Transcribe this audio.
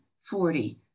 forty